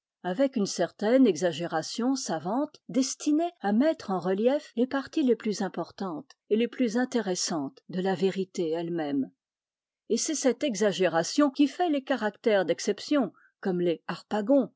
avec une certaine exagération savante destinée à mettre en relief les parties les plus importantes et les plus intéressantes de la vérité elle-même et c'est cette exagération qui fait les caractères d'exception comme les harpagon